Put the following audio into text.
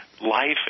life